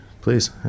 please